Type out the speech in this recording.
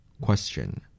Question